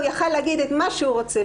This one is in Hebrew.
הוא היה יכול לומר מה שהוא רוצה.